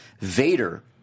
Vader